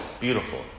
Beautiful